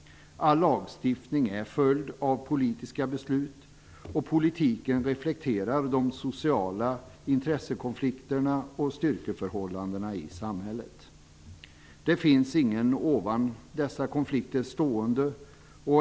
All lagstiftning är en följd av politiska beslut, och politiken reflekterar de sociala intressekonflikterna och styrkeförhållandena i samhället. Det finns ingen ovan dessa konflikter stående.